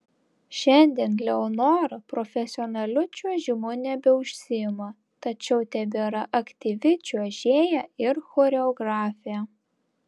šiandien leonora profesionaliu čiuožimu nebeužsiima tačiau tebėra aktyvi čiuožėja ir choreografė